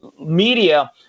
media